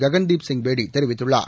ககன்தீப் சிங் பேடி தெரிவித்துள்ளார்